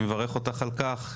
אני מברך אותך על כך,